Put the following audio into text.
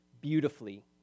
beautifully